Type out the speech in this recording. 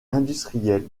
industriels